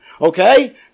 Okay